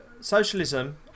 socialism